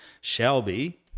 Shelby